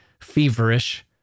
feverish